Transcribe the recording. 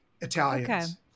Italians